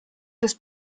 des